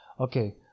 Okay